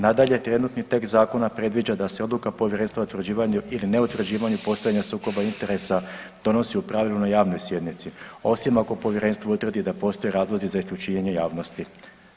Nadalje, trenutni tekst zakona predviđa da se odluka povjerenstva o utvrđivanju ili neutvrđivanju postojanja sukoba interesa donosi u pravilu na javnoj sjednici osim ako povjerenstvo utvrdi da postoje razlozi za isključivanje javnosti.